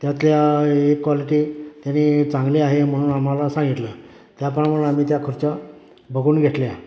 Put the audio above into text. त्यातल्या एक क्वालिटी त्यांनी चांगली आहे म्हणून आम्हाला सांगितलं त्याप्रमाणे आम्ही त्या खुर्च्या बघून घेतल्या